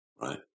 right